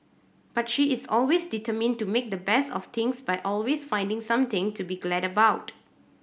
but she is always determined to make the best of things by always finding something to be glad about